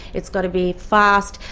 it's got to be fast,